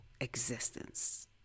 existence